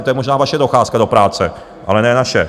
To je možná vaše docházka do práce, ale ne naše.